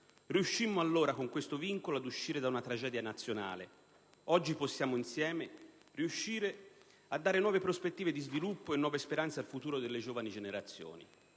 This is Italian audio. Riuscimmo allora con questo vincolo ad uscire da una tragedia nazionale. Oggi possiamo insieme riuscire a dare nuove prospettive di sviluppo e nuove speranze al futuro delle giovani generazioni.